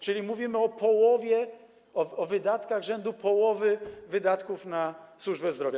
Czyli mówimy o połowie, o wydatkach rzędu połowy wydatków na służbę zdrowia.